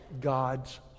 God's